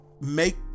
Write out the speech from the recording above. make